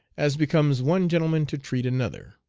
as becomes one gentleman to treat another.